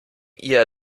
ihr